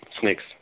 snakes